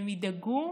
הם ידאגו